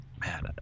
man